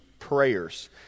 prayers